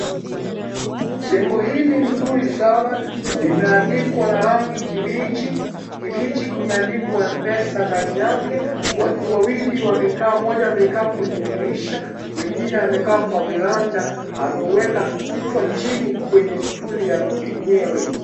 Jengo hili nzuri sana limeandikwa na rangi kibichi, kibichi kumeandikwa M-Pesa ndani yake. Watu wawili wamekaa; mmoja amekaa kwenye dirisha. Mwingine amekaa kwa veranda. Ameuweka kichwa chini kwenye stuli ya wenyewe.